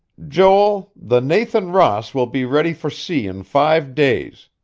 joel, the nathan ross will be ready for sea in five days.